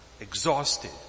exhausted